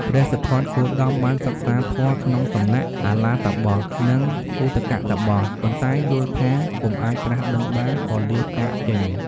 ព្រះសិទ្ធត្ថគោតមបានសិក្សាធម៌ក្នុងសំណាក់អាឡារតាបស និងឧទកតាបស ប៉ុន្តែយល់ថាពុំអាចត្រាស់ដឹងបាន ក៏លាចាកចេញ។